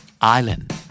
Island